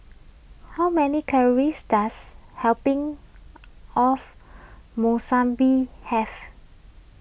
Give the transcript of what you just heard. how many calories does helping of Monsunabe have